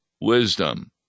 Wisdom